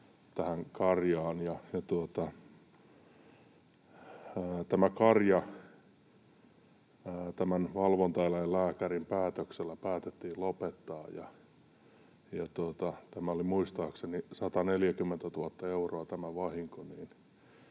tämä karja valvontaeläinlääkärin päätöksellä päätettiin lopettaa. Vahinko oli muistaakseni 140 000 euroa.